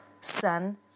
sun